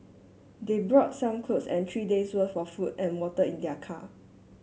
they brought some clothes and three days' worth of food and water in their car